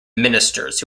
ministers